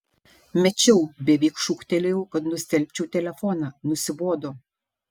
mečiau beveik šūktelėjau kad nustelbčiau telefoną nusibodo